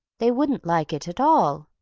they wouldn't like it at all.